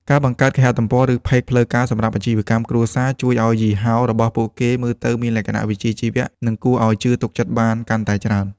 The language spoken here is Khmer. ការបង្កើតគេហទំព័រ ឬផេកផ្លូវការសម្រាប់អាជីវកម្មគ្រួសារ ជួយឱ្យយីហោរបស់ពួកគេមើលទៅមានលក្ខណៈវិជ្ជាជីវៈ និងគួរឱ្យជឿទុកចិត្តបានកាន់តែច្រើន។